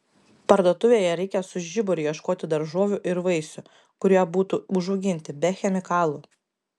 parduotuvėje reikia su žiburiu ieškoti daržovių ir vaisių kurie būtų užauginti be chemikalų